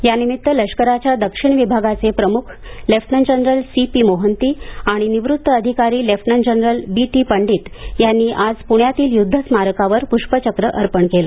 या निमित्त लष्कराच्या दक्षिण विभागाचे प्रमुख lieutenant general C P Mohanty आणि निवृत्त अधिकारी lieutenant general B T Pandit यांनी आज प्ण्यातील युद्ध स्मारकावर प्ष्पचक्र अर्पण केले